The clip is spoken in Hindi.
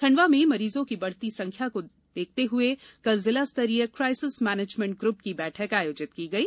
खंडवा में मरीजों की बढ़ती संख्या को देखते हुए कल जिला स्तरीय काइसेस मैनेजमेंट ग्रन की बैठक आयोजित की गई